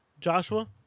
Joshua